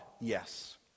Yes